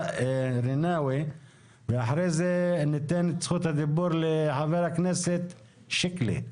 רינאווי ואחרי זה ניתן את זכות הדיבור לח"כ שיקלי.